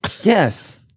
Yes